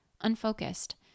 unfocused